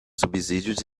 subsídios